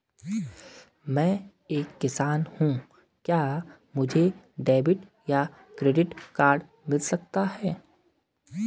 मैं एक किसान हूँ क्या मुझे डेबिट या क्रेडिट कार्ड मिल सकता है?